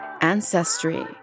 ancestry